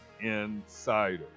insider